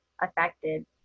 affected